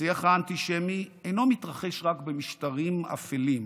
השיח האנטישמי לא מתרחש רק במשטרים אפלים,